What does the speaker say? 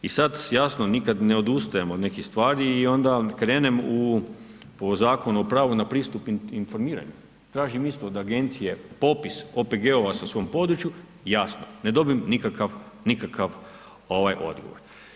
I sad, jasno nikad ne odustajem od nekih stvari i onda vam krenem u, po Zakonu o pravu na pristup informiranju, tražim isto od agencije popis OPG-ova na svom području, jasno, ne dobim nikakav odgovor.